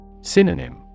Synonym